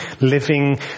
living